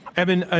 eben, ah